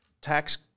tax